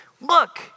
look